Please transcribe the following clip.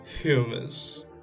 Humans